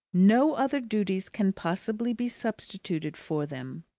no other duties can possibly be substituted for them.